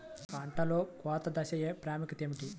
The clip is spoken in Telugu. పంటలో కోత దశ ప్రాముఖ్యత ఏమిటి?